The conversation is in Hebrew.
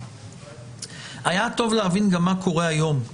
אבל טוב היה להבין מה קורה היום.